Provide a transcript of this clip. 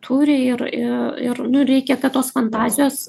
turi ir ir ir nu reikia kad tos fantazijos